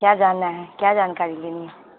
کیا جاننا ہے کیا جانکاری لینی ہے